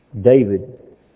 David